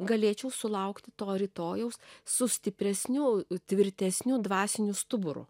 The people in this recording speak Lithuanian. galėčiau sulaukti to rytojaus su stipresniu tvirtesniu dvasiniu stuburu